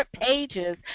pages